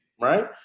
right